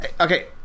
okay